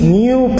new